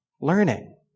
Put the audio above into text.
learning